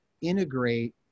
integrate